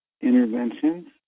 interventions